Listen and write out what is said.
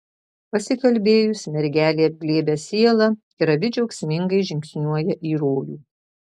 pasikalbėjus mergelė apglėbia sielą ir abi džiaugsmingai žingsniuoja į rojų